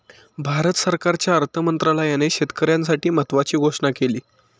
भारत सरकारच्या अर्थ मंत्रालयाने शेतकऱ्यांसाठी महत्त्वाची घोषणा केली